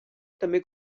també